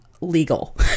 legal